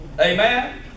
Amen